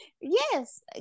Yes